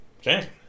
Okay